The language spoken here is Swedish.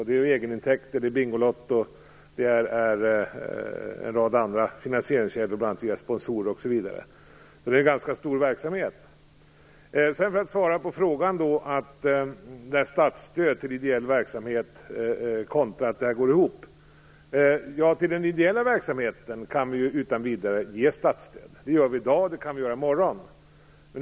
Det är egenintäkter, Bingolotto och en rad andra finansieringskällor via sponsorer osv. Det är en ganska stor verksamhet. Sedan skall jag svara på frågan om statsstöd till ideell verksamhet kontra att verksamheten går ihop. Till den ideella verksamheten kan vi utan vidare ge statsstöd. Det gör vi i dag, och det kan vi göra i morgon.